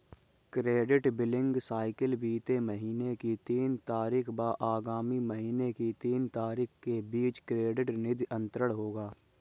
credit billing cycle बीते महीने की तीन तारीख व आगामी महीने की तीन तारीख के बीच क्रेडिट निधि अंतरण होगा